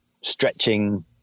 stretching